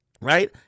right